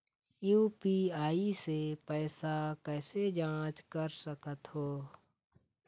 UPI से पैसा कैसे जाँच कर सकत हो?